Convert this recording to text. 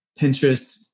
Pinterest